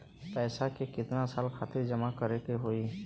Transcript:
पैसा के कितना साल खातिर जमा करे के होइ?